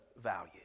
value